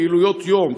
פעילויות יום,